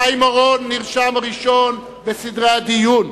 חבר הכנסת חיים אורון נרשם ראשון בסדרי הדיון,